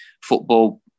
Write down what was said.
football